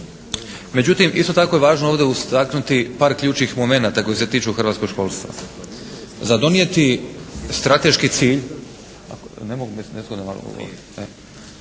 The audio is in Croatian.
Međutim isto tako je važno ovdje istaknuti par ključnih momenata koji se tiču hrvatskog školstva. Za donijeti strateški cilj